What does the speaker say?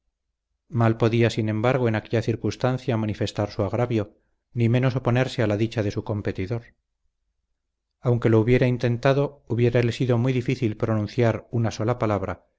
mal podía sin embargo en aquella circunstancia manifestar su agravio ni menos oponerse a la dicha de su competidor aunque lo hubiera intentado hubiérale sido muy difícil pronunciar una sola palabra